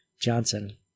Johnson